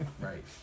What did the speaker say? right